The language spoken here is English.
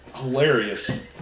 Hilarious